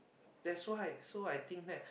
that's why so I think that